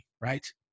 Right